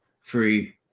free